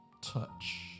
touch